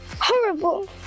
horrible